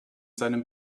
seinem